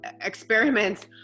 experiments